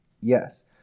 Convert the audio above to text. Yes